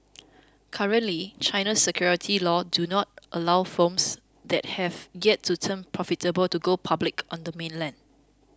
currently China's securities laws do not allow firms that have yet to turn profitable to go public on the mainland